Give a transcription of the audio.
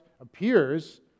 appears